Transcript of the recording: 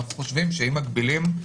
אם מגבילים,